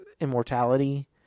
immortality